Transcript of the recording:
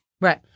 right